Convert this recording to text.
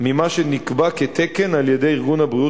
ממה שנקבע כתקן על-ידי ארגון הבריאות